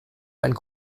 einen